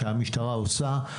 שהמשטרה עושה,